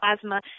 plasma